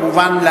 כמובן,